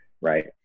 Right